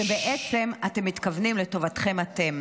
כשבעצם אתם מתכוונים לטובתכם אתם".